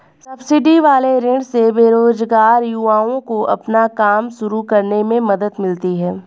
subsidy वाले ऋण से बेरोजगार युवाओं को अपना काम शुरू करने में मदद मिलती है